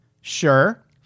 sure